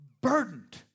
burdened